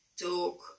talk